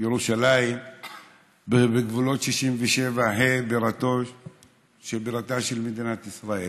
ירושלים בגבולות 67' היא בירתה של מדינת ישראל,